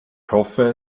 hoffe